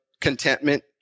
contentment